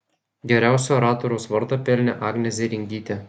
geriausio oratoriaus vardą pelnė agnė zėringytė